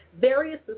various